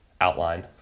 outline